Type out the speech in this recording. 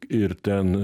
ir ten